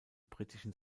britischen